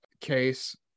case